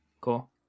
cool